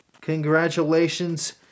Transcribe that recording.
congratulations